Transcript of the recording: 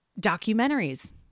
Documentaries